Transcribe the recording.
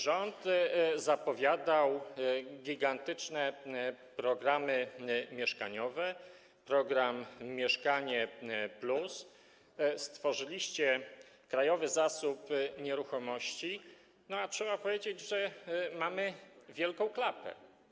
Rząd zapowiadał gigantyczne programy mieszkaniowe, program „Mieszkanie+”, stworzyliście Krajowy Zasób Nieruchomości, a trzeba powiedzieć, że mamy wielką klapę.